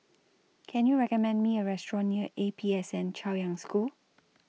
Can YOU recommend Me A Restaurant near A P S N Chaoyang School